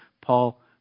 Paul